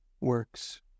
works